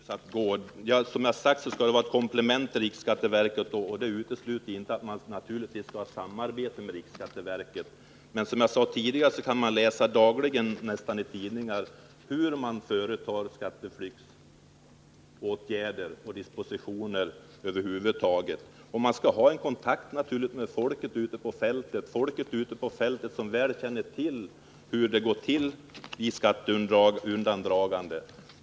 Fru talman! Det finns många vägar att gå, Ingemar Hallenius. Som jag har sagt skall kommissionen utgöra ett komplement till riksskatteverket, men det utesluter naturligtvis inte ett samarbete med riksskatteverket. Som jag sade tidigare kan vi nästan dagligen i tidningarna läsa om hur det företas skatteflyktsåtgärder och skatteflyktsdispositioner över huvud taget. Kommissionen skall naturligtvis ha kontakt med folket ute på fältet, som väl känner till hur det går till vid skatteundandraganden.